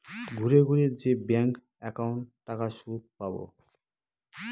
ঘুরে ঘুরে যে ব্যাঙ্ক একাউন্টে টাকার সুদ পাবো